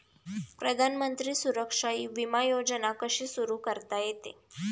प्रधानमंत्री सुरक्षा विमा योजना कशी सुरू करता येते?